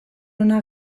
ona